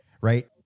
right